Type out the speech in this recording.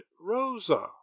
Rosa